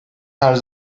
her